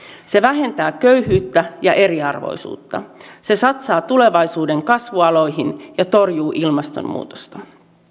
se vähentää köyhyyttä ja eriarvoisuutta se satsaa tulevaisuuden kasvualoihin ja torjuu ilmastonmuutosta